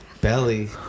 Belly